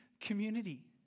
community